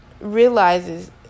realizes